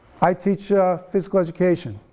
i teach physical education,